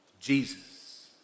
Jesus